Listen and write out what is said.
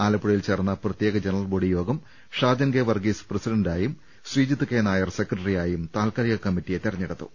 ആലപ്പുഴയിൽ ചേർന്ന പ്രത്യേക ജനറൽബോഡിയോഗം ഷാജൻ കെ വർഗീസ് പ്രസിഡ ണ്ടായും ശ്രീജിത്ത് കെ നായർ സെക്രട്ടറിയായും താൽക്കാലിക കമ്മറ്റിയെ തെരഞ്ഞെടുത്തു